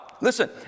Listen